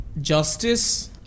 Justice